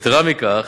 יתירה מכך,